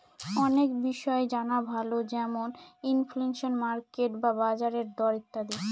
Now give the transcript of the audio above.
অনেক বিষয় জানা ভালো যেমন ইনফ্লেশন, মার্কেট বা বাজারের দর ইত্যাদি